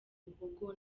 muhogo